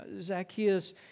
Zacchaeus